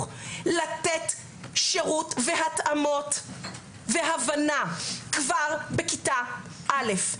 לתת שרות והתאמות והבנה כבר בכיתה א',